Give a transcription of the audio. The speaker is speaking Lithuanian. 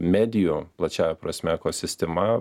medijų plačiąja prasme ekosistema